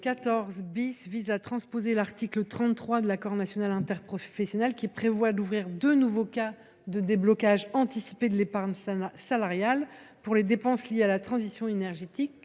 14 visait à transposer l’article 33 de l’accord national interprofessionnel, lequel a pour objet d’ouvrir deux nouveaux cas de déblocage anticipé de l’épargne salariale, pour les dépenses liées à la transition énergétique